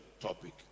topic